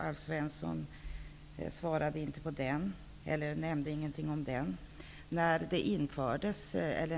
Alf Svensson nämnde ingenting om den.